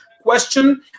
question